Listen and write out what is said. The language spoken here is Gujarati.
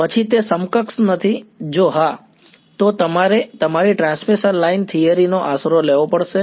પછી તે સમકક્ષ નથી જો હા તો તમારે તમારી ટ્રાન્સમિશન લાઇન થિયરી નો આશરો લેવો પડશે